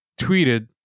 tweeted